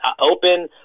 open